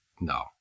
no